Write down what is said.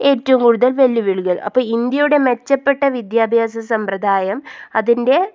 ഏറ്റവും കൂടുതൽ വെല്ലുവിളികൾ അപ്പം ഇന്ത്യയുടെ മെച്ചപ്പെട്ട വിദ്യാഭ്യാസ സമ്പ്രദായം അതിൻ്റെ